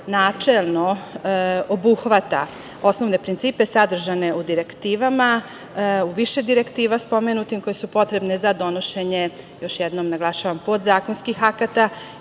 načelno obuhvata osnovne principe sadržane u direktivama, u više spomenutih direktiva koje su potrebne za donošenje, još jednom naglašavam, podzakonskih akata.